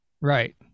Right